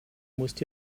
musst